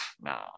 no